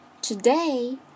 Today